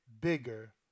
bigger